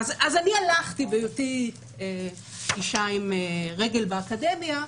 בהיותי אישה עם רגל באקדמיה,